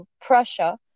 Prussia